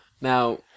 Now